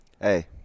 Hey